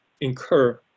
incur